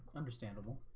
understandable,